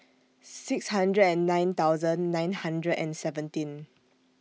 six hundred and nine thousand nine hundred and seventeen